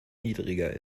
niedriger